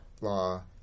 law